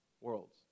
worlds